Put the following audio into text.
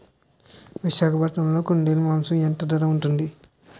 విశాఖపట్నంలో కుందేలు మాంసం ఎంత ధర ఉంటుంది?